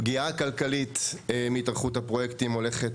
הפגיעה הכלכלית מהתארכות הפרויקטים הולכת,